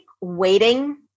waiting